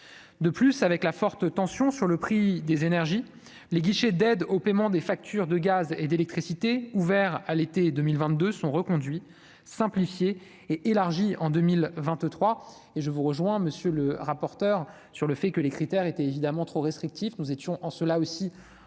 de plus avec la forte tension sur le prix des énergies les guichets d'aide au paiement des factures de gaz et d'électricité ouvert à l'été 2022 sont reconduits simplifié et élargi en 2023 et je vous rejoins monsieur le rapporteur sur le fait que les critères était évidemment trop restrictif, nous étions en cela aussi encadré